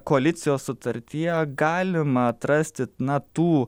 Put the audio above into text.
koalicijos sutartyje galima atrasti na tų